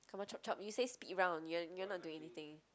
come on chop chop you say speed round you're you're not doing anything